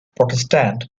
protestant